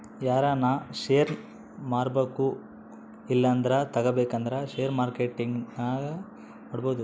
ಯಾರನ ಷೇರ್ನ ಮಾರ್ಬಕು ಇಲ್ಲಂದ್ರ ತಗಬೇಕಂದ್ರ ಷೇರು ಮಾರ್ಕೆಟ್ನಾಗ ಮಾಡ್ಬೋದು